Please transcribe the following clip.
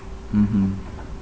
mmhmm